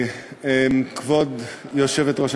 כבוד היושבת-ראש,